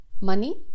money